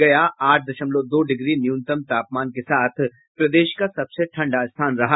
गया आठ दशमलव दो डिग्री न्यूनतम तापमान के साथ प्रदेश का सबसे ठंडा स्थान रहा